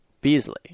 Beasley